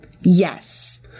Yes